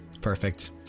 Perfect